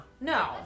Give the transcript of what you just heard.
No